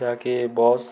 ଯାହାକି ବସ୍